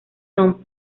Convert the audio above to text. son